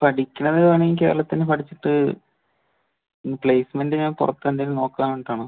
പഠിക്കണത് വേണേൽ കേരളത്തിൽ നിന്ന് പഠിച്ചിട്ട് പ്ലേസ്മെൻറ്റിന് പുറത്ത് തന്നെ നോക്കാൻ വേണ്ടിയിട്ട് ആണ്